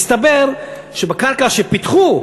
הסתבר שעל הקרקע שפיתחו,